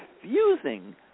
confusing